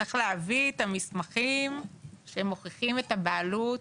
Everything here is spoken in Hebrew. צריך להביא את המסמכים שמוכיחים את הבעלות,